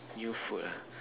new food ah